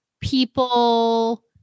people